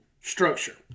structure